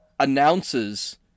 Announces